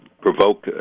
provoke